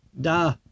da